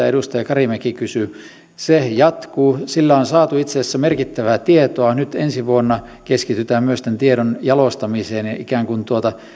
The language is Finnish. edustaja karimäki kysyi jatkuu sillä on saatu itse asiassa merkittävää tietoa nyt ensi vuonna keskitytään myös tämän tiedon jalostamiseen ja ikään kuin